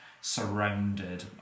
surrounded